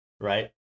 right